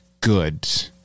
good